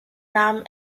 namen